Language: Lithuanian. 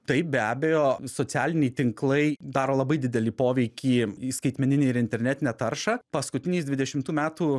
taip be abejo socialiniai tinklai daro labai didelį poveikį į skaitmeninę ir internetinę taršą paskutiniais dvidešimt metų